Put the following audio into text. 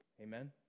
Amen